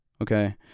okay